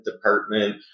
department